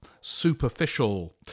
superficial